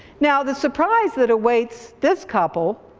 now, the surprise that awaits this couple,